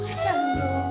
hello